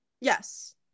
Yes